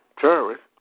terrorists